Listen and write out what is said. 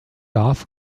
darf